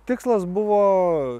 tikslas buvo